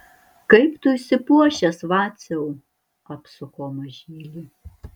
kaip tu išsipuošęs vaciau apsuko mažylį